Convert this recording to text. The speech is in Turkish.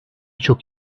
çok